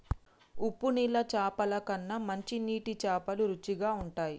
ఉప్పు నీళ్ల చాపల కన్నా మంచి నీటి చాపలు రుచిగ ఉంటయ్